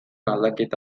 aldaketa